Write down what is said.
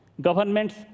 governments